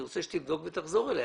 אני רוצה שתבדוק ותחזור אלי.